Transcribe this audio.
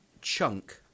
Chunk